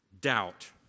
doubt